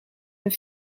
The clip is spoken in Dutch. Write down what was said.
een